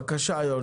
בבקשה.